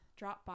Dropbox